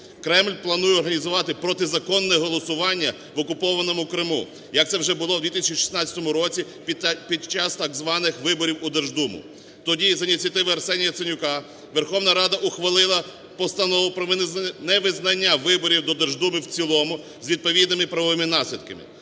Кремль планує організувати протизаконне голосування в окупованому Криму, як це вже було в 2016 році під час так званих виборів у Держдуму. Тоді за ініціативи Арсенія Яценюка Верховна Рада ухвалила постанову про невизнання виборів до Держдуми в цілому з відповідними правовими наслідками.